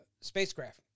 spacecraft